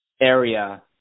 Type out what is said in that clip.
area